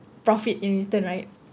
profit in return right